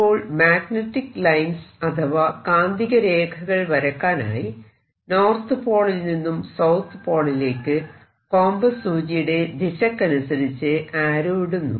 അപ്പോൾ magnetic lines അഥവാ കാന്തിക രേഖകൾ വരക്കാനായി നോർത്ത് പോളിൽ നിന്നും സൌത്ത് പോളിലേക്ക് കോമ്പസ് സൂചിയുടെ ദിശയ്ക്കനുസരിച്ച് ആരോ ഇടുന്നു